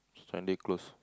this time they close